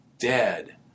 Dead